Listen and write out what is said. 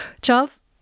Charles